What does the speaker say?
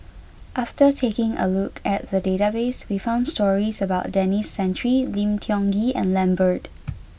after taking a look at the database we found stories about Denis Santry Lim Tiong Ghee and Lambert